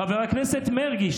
חבר הכנסת מרגי,